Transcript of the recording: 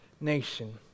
nation